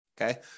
okay